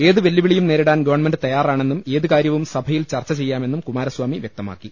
ഏത് വെല്ലുവിളിയും നേരിടാൻ ഗവൺമെന്റ് തയ്യാറാണെന്നും ഏതുകാര്യവും സഭയിൽ ചർച്ച ചെയ്യാ മെന്നും കുമാരസ്ഥാമി വൃക്തമാക്കി